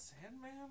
Sandman